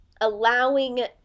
allowing